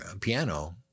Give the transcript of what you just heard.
piano